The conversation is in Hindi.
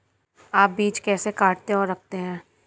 आप बीज कैसे काटते और रखते हैं?